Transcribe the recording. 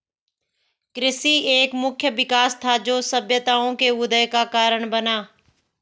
कृषि एक मुख्य विकास था, जो सभ्यताओं के उदय का कारण बना